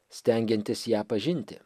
stengiantis ją pažinti